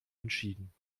entschieden